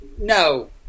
no